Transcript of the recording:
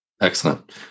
Excellent